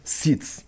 seats